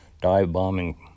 dive-bombing